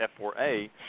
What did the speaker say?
F4A